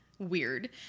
weird